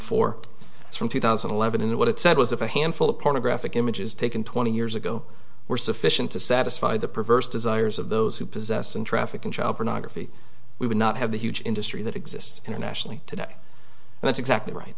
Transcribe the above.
from two thousand and eleven and what it said was if a handful of pornographic images taken twenty years ago were sufficient to satisfy the perverse desires of those who possess and trafficking child pornography we would not have the huge industry that exists internationally today and it's exactly right